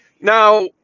Now